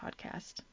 podcast